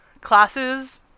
classes